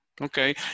Okay